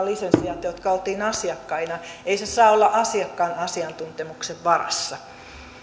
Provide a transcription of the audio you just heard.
lisensiaatti jotka olimme asiakkaina ei se saa olla asiakkaan asiantuntemuksen varassa